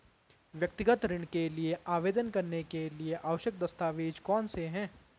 व्यक्तिगत ऋण के लिए आवेदन करने के लिए आवश्यक दस्तावेज़ कौनसे हैं?